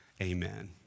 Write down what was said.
Amen